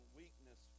weakness